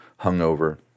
hungover